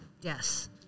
Yes